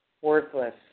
worthless